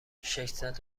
ششصد